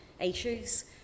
issues